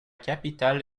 capitale